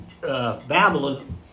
Babylon